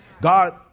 God